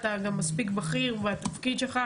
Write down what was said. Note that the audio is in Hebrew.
אתה גם מספיק בכיר והתפקיד שלך,